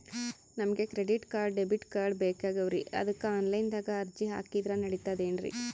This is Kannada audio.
ನಮಗ ಕ್ರೆಡಿಟಕಾರ್ಡ, ಡೆಬಿಟಕಾರ್ಡ್ ಬೇಕಾಗ್ಯಾವ್ರೀ ಅದಕ್ಕ ಆನಲೈನದಾಗ ಅರ್ಜಿ ಹಾಕಿದ್ರ ನಡಿತದೇನ್ರಿ?